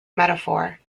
metaphor